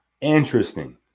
interesting